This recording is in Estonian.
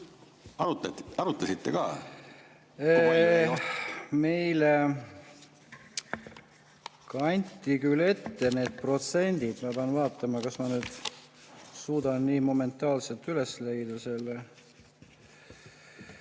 Arutasite seda ka? Meile kanti küll ette need protsendid. Ma pean vaatama, kas ma suudan selle momentaanselt üles leida ...